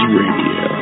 radio